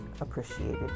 appreciated